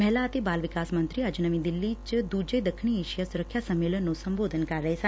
ਮਹਿਲਾ ਅਤੇ ਬਾਲ ਵਿਕਾਸ ਮੰਤਰੀ ਅੱਜ ਨਵੀਂ ਦਿੱਲੀ ਚ ਦੂਜੇ ਦੱਖਣੀ ਏਸ਼ੀਆ ਸੁਰੱਖਿਆ ਸੰਮੇਲਨ ਨੂੰ ਸੰਬੋਧਤ ਕਰ ਰਹੇ ਸਨ